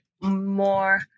more